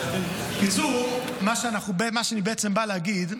בקיצור, מה שאני בעצם בא להגיד,